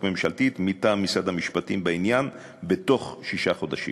ממשלתית מטעם משרד המשפטים בעניין בתוך שישה חודשים.